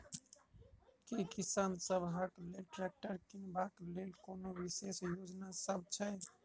की किसान सबहक लेल ट्रैक्टर किनबाक लेल कोनो विशेष योजना सब छै?